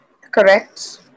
Correct